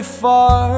far